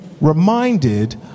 reminded